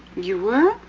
you were?